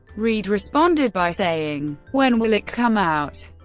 reed responded by saying when will it come out?